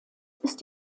ist